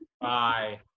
bye